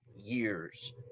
years